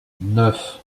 neuf